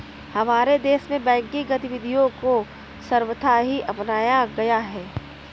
हमारे देश में बैंकिंग गतिविधियां को सर्वथा ही अपनाया गया है